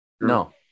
No